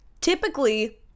Typically